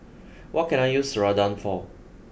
what can I use Ceradan for